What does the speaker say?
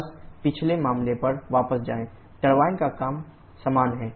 बस पिछले मामले पर वापस जाएं टरबाइन का काम समान है